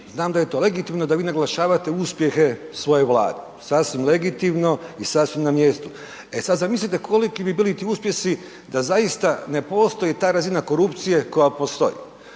znam da je to legitimno da vi naglašavate uspjehe svoje Vlade, sasvim legitimno i sasvim na mjestu. E sad zamislite koliki bi bili ti uspjesi da zaista ne postoji ta razina korupcije koja postoji